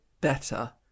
better